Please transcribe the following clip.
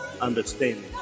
understanding